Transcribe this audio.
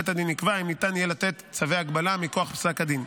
בית הדין יקבע אם ניתן יהיה לתת צווי הגבלה מכוח פסק הדין.